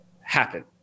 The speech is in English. happen